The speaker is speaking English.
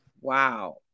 Wow